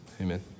amen